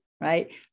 right